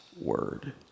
word